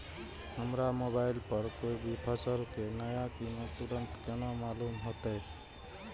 हमरा मोबाइल पर कोई भी फसल के नया कीमत तुरंत केना मालूम होते?